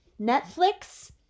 Netflix